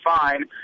fine